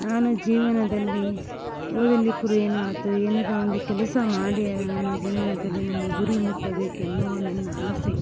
ನಾನು ಜೀವನದಲ್ಲಿ ಓದಲಿಕ್ಕೆ ಕೂಡ ಏನು ಆತು ಏನಾದರು ಒಂದು ಕೆಲಸ ಮಾಡಿ ನನ್ನ ಜೀವನದಲ್ಲಿ ನನ್ನ ಗುರಿ ಮುಟ್ಟಬೇಕೆನ್ನುವ ನನ್ನ ಆಸೆ